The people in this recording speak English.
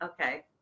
Okay